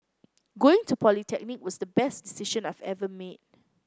going to polytechnic was the best decision I've ever made